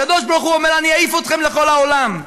הקדוש-ברוך-הוא אומר: אני אעיף אתכם לכל העולם,